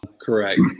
correct